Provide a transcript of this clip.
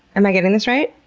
am i getting this right?